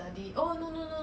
为什么